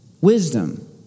wisdom